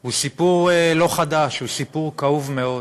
הוא סיפור לא חדש, הוא סיפור כאוב מאוד.